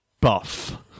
Buff